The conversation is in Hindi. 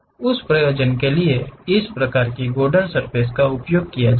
उस प्रयोजन के लिए इस प्रकार की गॉर्डन सर्फ़ेस का उपयोग किया जाएगा